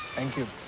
thank you.